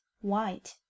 white